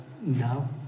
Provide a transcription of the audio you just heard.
No